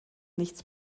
nichts